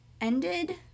ended